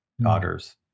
daughters